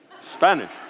Spanish